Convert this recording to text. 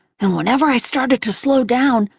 and whenever i started to slow down,